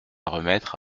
remettre